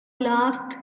laughed